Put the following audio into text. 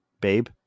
babe